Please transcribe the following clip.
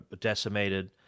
decimated